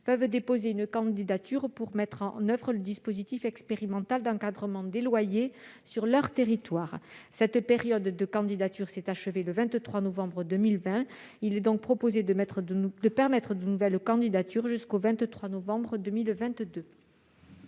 peuvent déposer une candidature pour mettre en oeuvre le dispositif expérimental d'encadrement des loyers sur leur territoire. Cette période de candidature s'est achevée le 23 novembre 2020. Il est donc proposé d'autoriser de nouvelles candidatures jusqu'au 23 novembre 2022.